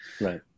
Right